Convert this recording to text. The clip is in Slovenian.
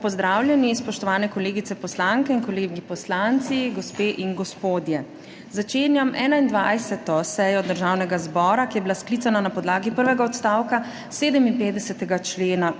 pozdravljeni, spoštovane kolegice poslanke in kolegi poslanci, gospe in gospodje! Začenjam 21. sejo Državnega zbora, ki je bila sklicana na podlagi prvega odstavka 57. člena